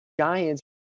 Giants